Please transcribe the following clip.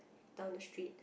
down the street